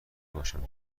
باشم